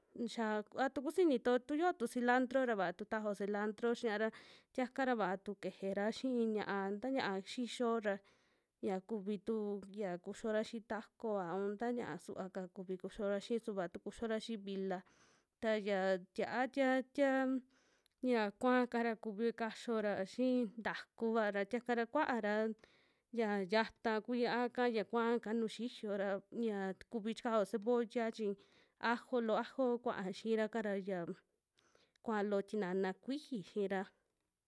Nixia a tu kusinito tuyo tu cilandro ra, vaa tu tajao cilandro xiara tiakara vaa tu kejera xi'i ña'a ta ñia'a xixiyo ra ya kuvitu yia kuxiora xii tacova, un ta ñia'a suvaka kuvi kuxiora xii, su vaa tu kuxiora xii vila, ta ya tia'a tia, tia un ya kua'aka ra kuvi kaxiora xii ntakuva ra, tiaka ra kuaara ya yata ku yia'aka ya kua'aka nuju xiyo ra, ñia kuvi chikao cebolla chi ajo, loo ajo kuaa xiiraka ra xia, kua'a loo tinana kuiji xira.